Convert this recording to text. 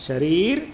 शरीर